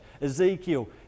Ezekiel